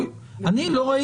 אני לא ראיתי.